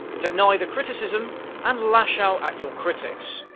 deny the criticism and lash out at your critics.